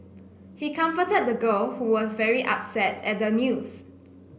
he comforted the girl who was very upset at the news